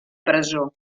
presó